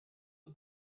the